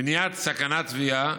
מניעת סכנת טביעה,